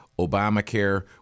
Obamacare